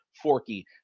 Forky